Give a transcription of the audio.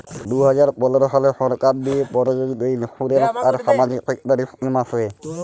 দু হাজার পলের সালে সরকার দিঁয়ে পরযোজিত ইলসুরেলস আর সামাজিক সেক্টর ইস্কিম আসে